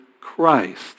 christ